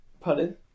Pardon